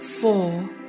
four